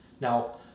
Now